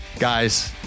guys